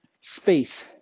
space